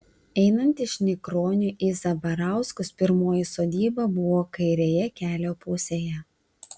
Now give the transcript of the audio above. einant iš nikronių į zabarauskus pirmoji sodyba buvo kairėje kelio pusėje